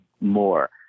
more